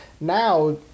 now